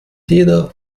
jeder